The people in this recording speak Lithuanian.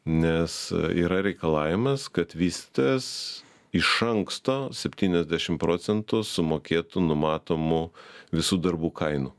nes yra reikalavimas kad vystytojas iš anksto septyniasdešim procentų sumokėtų numatomų visų darbų kainų